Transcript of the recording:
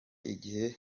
igihe